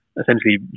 essentially